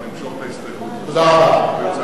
אנחנו נמשוך את ההסתייגות, תודה רבה.